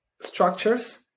structures